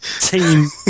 team